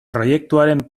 proiektuaren